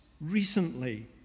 recently